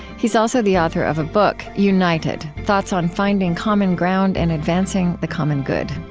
he's also the author of a book, united thoughts on finding common ground and advancing the common good